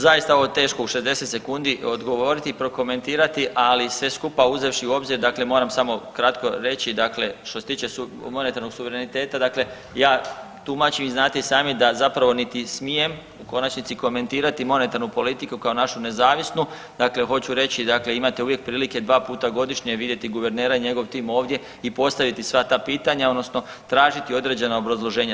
Zaista je ovo teško u 60 sekundi odgovoriti i prokomentirati, ali sve skupa uzevši u obzir dakle moram samo kratko reći dakle što se tiče monetarnog suvereniteta dakle ja tumačim i znate i sami da zapravo niti smijem u konačnici komentirati monetarnu politiku kao našu nezavisnu dakle hoću reći dakle imate uvijek prilike dva puta godišnje vidjeti guvernera i njegov tim ovdje i postaviti sva ta pitanja odnosno tražiti određena obrazloženja.